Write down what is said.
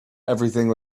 everything